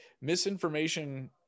misinformation